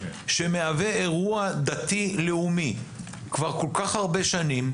שמהווה אירוע דתי לאומי כבר כל כך הרבה שנים,